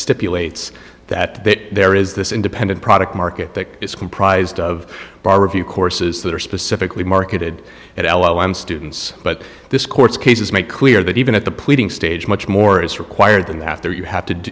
stipulates that that there is this independent product market that is comprised of bar review courses that are specifically marketed at al i'm students but this court's cases make clear that even at the pleading stage much more is required than after you have to